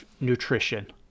nutrition